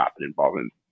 involvement